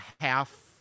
half